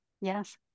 yes